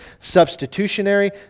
substitutionary